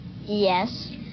Yes